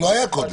לא היה קודם.